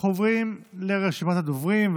אנחנו עוברים לרשימת הדוברים,